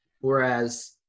Whereas